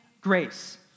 grace